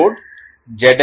तो लोड और हैं